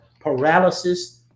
paralysis